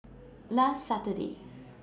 last Saturday